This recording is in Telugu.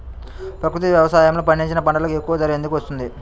ప్రకృతి వ్యవసాయములో పండించిన పంటలకు ఎక్కువ ధర ఎందుకు వస్తుంది?